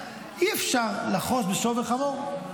אי-אפשר לחרוש בשור ובחמור.